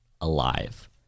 alive